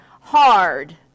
hard